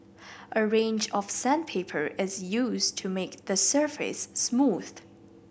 a range of sandpaper is used to make the surface smooth